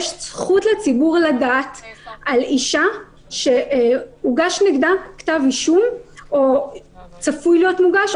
יש זכות לציבור לדעת על אישה שהוגש נגדה כתב אישום או צפוי להיות מוגש,